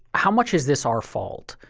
how much is this our fault?